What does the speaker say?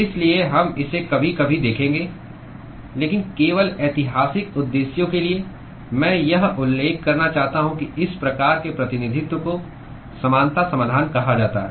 इसलिए हम इसे कभी कभी देखेंगे लेकिन केवल ऐतिहासिक उद्देश्यों के लिए मैं यह उल्लेख करना चाहता हूं कि इस प्रकार के प्रतिनिधित्व को समानता समाधान कहा जाता है